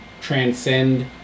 transcend